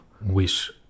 wish